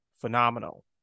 phenomenal